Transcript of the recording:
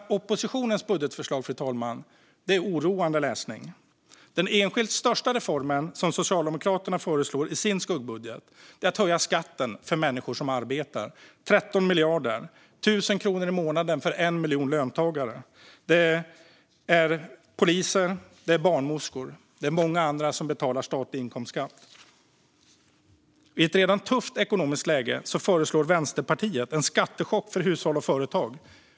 Oppositionens budgetförslag är oroande läsning. Den enskilt största reformen som Socialdemokraterna föreslår i sin skuggbudget är att höja skatten för människor som arbetar. Det gäller 13 miljarder, 1 000 kronor i månaden, för 1 miljon löntagare - poliser, barnmorskor och många andra som betalar statlig inkomstskatt. I ett redan tufft ekonomiskt läge föreslår Vänsterpartiet en skattechock för hushåll och företag.